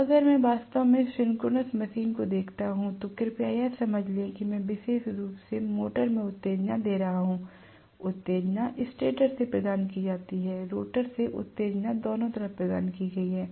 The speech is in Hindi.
अब अगर मैं वास्तव में सिंक्रोनस मशीन को देखता हूं तो कृपया यह समझ लें कि मैं विशेष रूप से मोटर में उत्तेजना दे रहा हूं उत्तेजना स्टेटर से प्रदान की जाती है रोटर से उत्तेजना दोनों तरफ प्रदान की गई